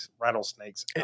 rattlesnakes